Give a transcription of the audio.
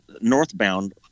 northbound